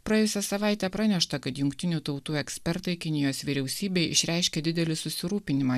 praėjusią savaitę pranešta kad jungtinių tautų ekspertai kinijos vyriausybei išreiškė didelį susirūpinimą